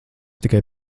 tikai